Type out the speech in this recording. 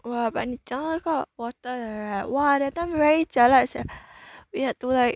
!wah! but 你讲到那个 water 的 right !wah! that time very jialat sia we had to like